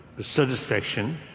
satisfaction